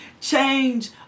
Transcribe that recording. change